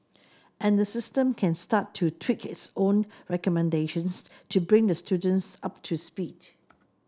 and the system can start to tweak its own recommendations to bring the students up to speed